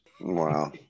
Wow